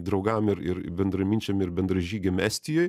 draugam ir ir bendraminčiam ir bendražygiam estijoj